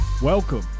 Welcome